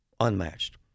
unmatched